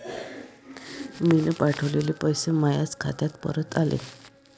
मीन पावठवलेले पैसे मायाच खात्यात परत आले